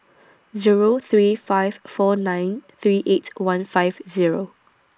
Zero three five four nine three eight one five Zero